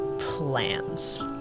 plans